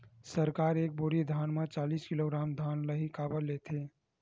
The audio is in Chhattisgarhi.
सरकार एक बोरी धान म चालीस किलोग्राम धान ल ही काबर लेथे?